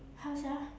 how sia